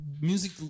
music